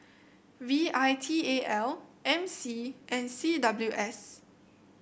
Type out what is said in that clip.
V I T A L M C and C W S